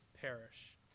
perish